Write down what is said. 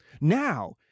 Now